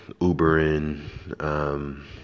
Ubering